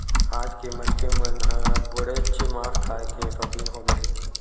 आज के मनखे मन ह अब्बड़ेच मांस खाए के सउकिन होगे हे